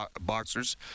boxers